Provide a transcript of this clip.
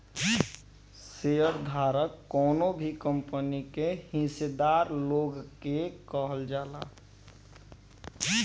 share धारक कवनो भी कंपनी के हिस्सादार लोग के कहल जाला